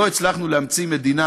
לא הצלחנו להמציא במדינה